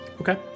Okay